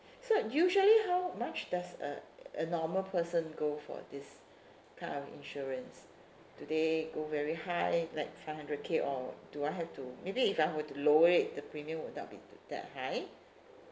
so usually how much does a a normal person go for this kind of insurance do they go very high like five hundred K or do I have to maybe if I were to lower it the premium would not be that high